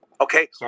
Okay